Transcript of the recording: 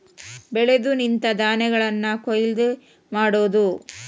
ಬೆಳೆದು ನಿಂತ ಧಾನ್ಯಗಳನ್ನ ಕೊಯ್ಲ ಮಾಡುದು